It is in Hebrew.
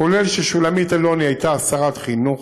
כולל כששולמית אלוני הייתה שרת חינוך,